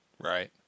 right